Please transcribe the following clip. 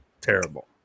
terrible